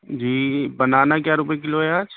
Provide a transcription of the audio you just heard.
جی بنانا کیا روپئے کلو ہے آج